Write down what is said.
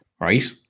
right